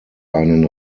einen